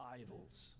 idols